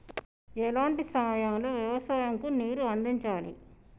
ఎలాంటి సమయం లో వ్యవసాయము కు నీరు అందించాలి?